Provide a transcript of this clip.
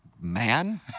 man